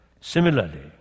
Similarly